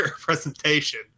presentation